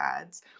ads